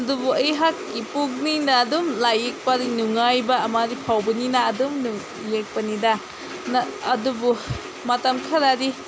ꯑꯗꯨꯕꯨ ꯑꯩꯍꯥꯛꯀꯤ ꯄꯨꯛꯅꯤꯡꯅ ꯑꯗꯨꯝ ꯂꯥꯏ ꯌꯦꯛꯄꯗꯤ ꯅꯨꯡꯉꯥꯏꯕ ꯑꯃꯗꯤ ꯐꯥꯎꯕꯅꯤꯅ ꯑꯗꯨꯝ ꯌꯦꯛꯄꯅꯤꯗ ꯑꯗꯨꯕꯨ ꯃꯇꯝ ꯈꯔꯗꯤ